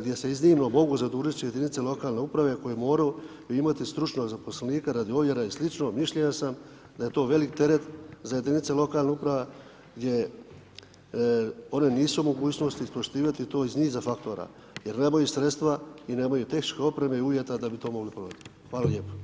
gdje se iznimno mogu zadužiti jedinice lokalne uprave koje moraju imati stručnog zaposlenika radi ovjera i slično, mišljenja sam da je to veliki teret za jedinice lokalne uprave gdje one nisu u mogućnosti ispoštovati iz niza faktora jer nemaju sredstva i nemaju teške opreme i uvjeta da bi to mogli ... Hvala lijepo.